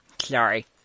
Sorry